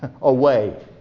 Away